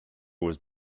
was